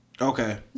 Okay